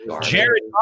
Jared